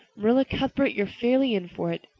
marilla cuthbert, you're fairly in for it.